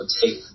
take